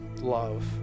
love